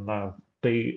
na tai